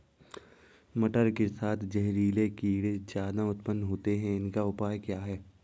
मटर के साथ जहरीले कीड़े ज्यादा उत्पन्न होते हैं इनका उपाय क्या है?